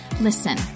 Listen